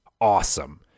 awesome